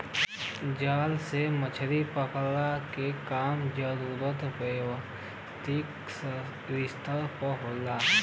जाल से मछरी पकड़ला के काम जादातर व्यावसायिक स्तर पे होला